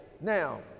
now